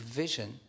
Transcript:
vision